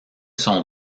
sont